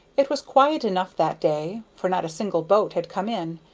it was quiet enough that day, for not a single boat had come in,